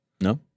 no